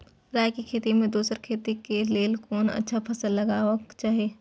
राय के खेती मे दोसर खेती के लेल कोन अच्छा फसल लगवाक चाहिँ?